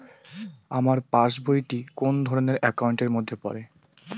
আমার পাশ বই টি কোন ধরণের একাউন্ট এর মধ্যে পড়ে?